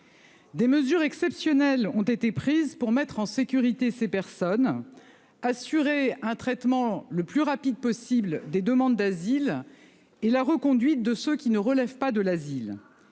Des mesures exceptionnelles ont été prises pour mettre en sécurité ces personnes, assurer le traitement le plus rapide possible des demandes d'asile et la reconduite de ceux qui ne relèvent pas de l'asile.